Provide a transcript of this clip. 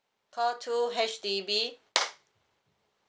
call two H_D_B